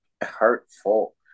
Hurtful